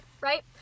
right